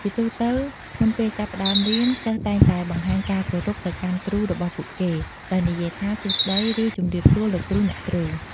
ជាទូទៅ មុនពេលចាប់ផ្ដើមរៀន សិស្សតែងតែបង្ហាញការស្វាគមន៍ទៅកាន់គ្រូរបស់ពួកគេ ដោយនិយាយថា សួស្ដី ឬ ជម្រាបសួរ លោកគ្រូ អ្នកគ្រូ។